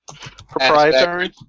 Proprietary